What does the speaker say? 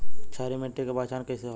क्षारीय मिट्टी के पहचान कईसे होला?